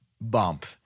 bump